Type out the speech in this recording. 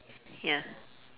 ya